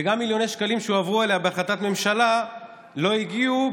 גם מיליוני שקלים שהועברו אליה בהחלטת ממשלה לא הגיעו,